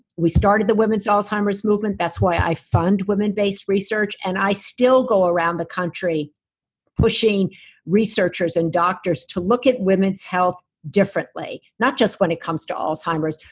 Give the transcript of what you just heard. we started the women's alzheimer's movement that's why i fund women-based research, and i still go around the country pushing researchers and doctors to look at women's health differently, not just when it comes to alzheimer's.